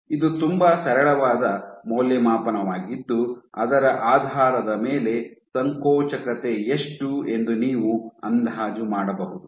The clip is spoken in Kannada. ಇದು ತುಂಬಾ ಸರಳವಾದ ಮೌಲ್ಯಮಾಪನವಾಗಿದ್ದು ಅದರ ಆಧಾರದ ಮೇಲೆ ಸಂಕೋಚಕತೆ ಎಷ್ಟು ಎಂದು ನೀವು ಅಂದಾಜು ಮಾಡಬಹುದು